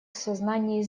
сознании